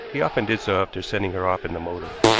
he often did so after sending her off in the motor.